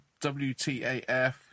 WTAF